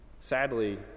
Sadly